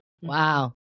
Wow